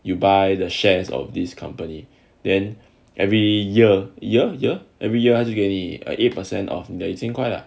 you buy the shares of this company then every year year year every year 他就给你 eight percent of the 一千块啦